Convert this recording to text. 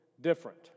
different